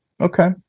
Okay